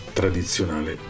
tradizionale